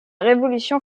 révolution